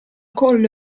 collo